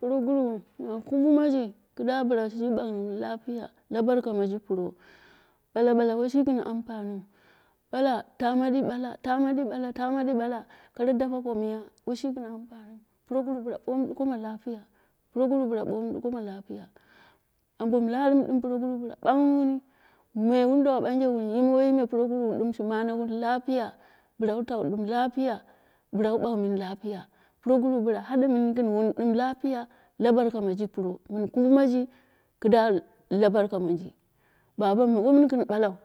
Proguru min kummaji kida mu shiji bagh mini lapiya la barka maji pro bala bala washi gɨn ampaniu bala tama ɗii bala, tamadii bala tama dii bala kara dape ko miya washi gim anfaniu proguru bila bomu duko ma lapiya, proguru bila bomu duko ma lapiya, ambo mi lamu dinu proguru bila bagh wuni muum baije wuuye wom proguru dim shi mane wuni lapiya, bila wuu tawu dim lapiya bila wun bagh muni lapiya proguru bila hade mini dim gin wum lapiya la barka maji pro mun laummaji kida la barka momji, babammu wo mun gin buluu,